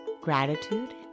Gratitude